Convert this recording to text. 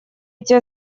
эти